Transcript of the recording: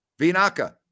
Vinaka